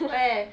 where